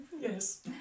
Yes